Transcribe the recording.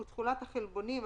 ותכולת החלבונים,